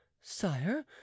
sire